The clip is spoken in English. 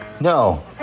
No